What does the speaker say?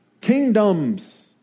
kingdoms